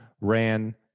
ran